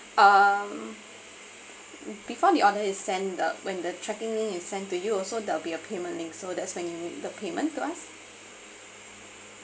um before the order is sent the when the tracking link is sent to you also there'll be a payment link so that's when you make the payment to us